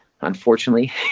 unfortunately